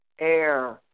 air